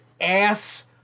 ass